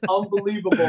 unbelievable